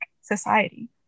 society